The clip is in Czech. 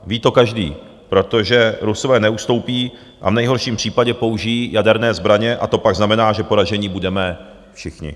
Ví to každý, protože Rusové neustoupí a v nejhorším případě použijí jaderné zbraně, a to pak znamená, že poraženi budeme všichni.